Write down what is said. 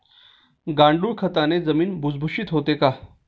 गांडूळ खताने जमीन भुसभुशीत होते का?